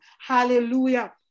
Hallelujah